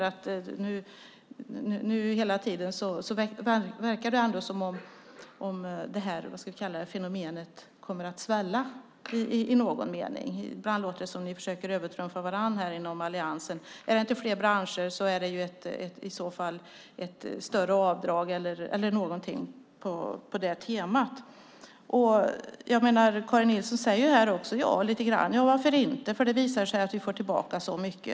Det verkar som om detta fenomen kommer att svälla i någon mening. Ibland låter det som om ni inom alliansen försöker övertrumfa varandra. Är det inte fler branscher så är det större avdrag eller något annat på det temat. Karin Nilsson säger ju lite grann: Ja, varför inte när det visar sig att vi får tillbaka så mycket?